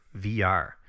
VR